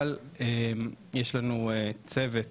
אבל יש לנו צוות